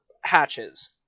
hatches